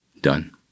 done